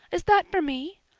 is that for me?